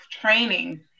training